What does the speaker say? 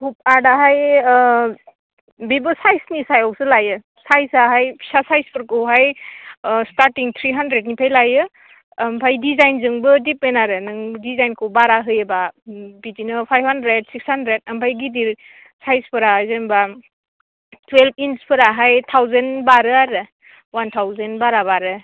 आर्टआहाय बेबो साइजनि सायावसो लायो साइजाहाय फिसा साइजफोरखौहाय स्टार्टिं थ्रि हानद्रेदनिफाय लायो ओमफ्राय दिजाइनजोंबो दिपेन्द आरो नों दिजाइनखौ बारा होयोबा बिदिनो फाइभ हानद्रेद सिक्स हानद्रेद ओमफ्राय गिदिर साइजफोरा जेनेबा टुयेल्भ इन्सफोराहाय थावजेन बारो आरो वान थावजेन बारा बारो